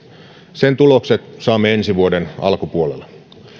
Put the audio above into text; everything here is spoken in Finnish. sen tulokset saamme ensi vuoden alkupuolella